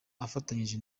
afatanyije